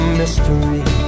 mystery